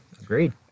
Agreed